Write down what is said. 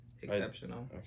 Exceptional